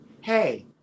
hey